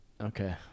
Okay